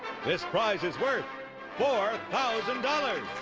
this prize is worth four thousand dollars.